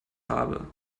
habe